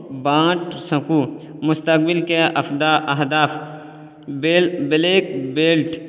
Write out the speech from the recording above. بانٹ سکوں مستقبل کے اہداف بیل بلیک بیلٹ